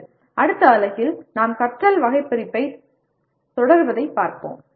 சரி அடுத்த அலகில் நாம் கற்றல் வகைபிரிப்பைத் தொடர்வதைப் பார்ப்போம்